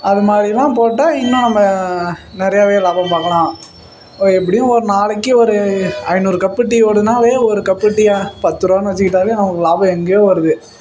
அது மாதிரில்லாம் போட்டால் இன்னும் நம்ம நிறையவே லாபம் பார்க்கலாம் ஓ எப்படியும் ஒரு நாளைக்கு ஒரு ஐந்நூறு கப்பு டீ ஒடினாவே ஒரு கப்பு டீயை பத்து ருபானு வச்சுக்கிட்டாலே நமக்கு லாபம் எங்கேயே வருது